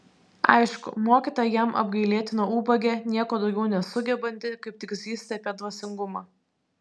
aišku mokytoja jam apgailėtina ubagė nieko daugiau nesugebanti kaip tik zyzti apie dvasingumą